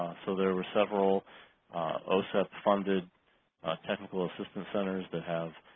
so there were several osep funded technical assistance centers that have